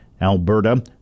Alberta